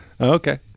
Okay